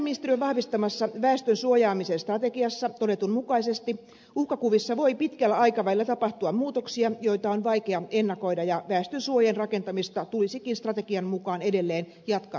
sisäasiainministeriön vahvistamassa väestön suojaamisen strategiassa todetun mukaisesti uhkakuvissa voi pitkällä aikavälillä tapahtua muutoksia joita on vaikea ennakoida ja väestönsuojien rakentamista tulisikin strategian mukaan edelleen jatkaa koko maassa